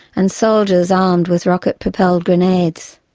and soldiers armed with rocket-propelled grenades.